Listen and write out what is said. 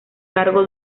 cargo